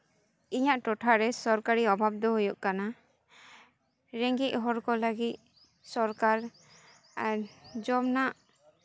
ᱤᱧᱟᱹᱜ ᱴᱚᱴᱷᱟᱨᱮ ᱥᱚᱨᱠᱟᱨᱤ ᱚᱵᱷᱟᱵᱽ ᱫᱚ ᱦᱩᱭᱩᱜ ᱠᱟᱱᱟ ᱨᱮᱸᱜᱮᱡᱽ ᱦᱚᱲ ᱠᱚ ᱞᱟᱹᱜᱤᱫ ᱥᱚᱨᱠᱟᱨ ᱡᱚᱢᱟᱜ